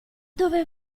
dove